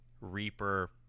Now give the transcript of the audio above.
reaper